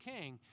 king